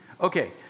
Okay